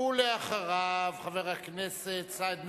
ואחריו, חבר הכנסת סעיד נפאע.